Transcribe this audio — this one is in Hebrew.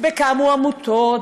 וקמו עמותות,